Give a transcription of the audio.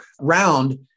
round